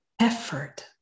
effort